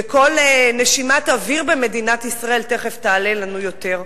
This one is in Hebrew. וכל נשימת אוויר במדינת ישראל תיכף תעלה לנו יותר.